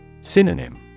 Synonym